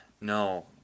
no